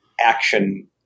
action